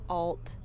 alt